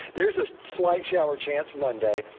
there's a slight shower chance monday.